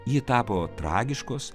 ji tapo tragiškos